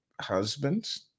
husbands